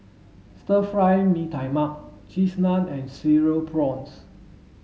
Stir Fry Mee Tai Mak cheese naan and cereal prawns